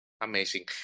Amazing